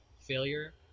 failure